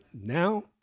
now